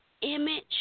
image